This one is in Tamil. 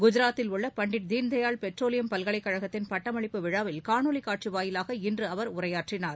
குஜராத்தில் உள்ள பண்டிட் தீனதயாள் பெட்ரோலியம் பல்கலைக்கழகத்தின் பட்டமளிப்பு விழாவில் காணொலி காட்சி வாயிலாக இன்று அவர் உரையாற்றினார்